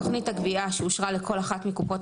לפי תכנית הגבייה שאושרה לכל אחת מקופות